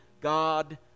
God